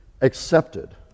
accepted